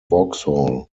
vauxhall